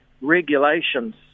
regulations